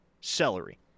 celery